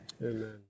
Amen